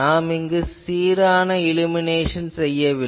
நான் இங்கு சீரான இல்லுமினேஷன் செய்யவில்லை